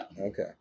Okay